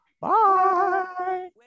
Bye